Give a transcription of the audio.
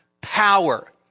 power